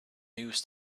news